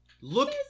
Look